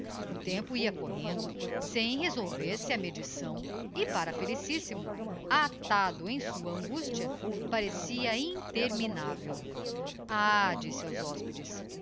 o tempo ia correndo sem resolver-se a medição e para felicíssimo atado em sua angustia parecia interminável ah disse aos hospedes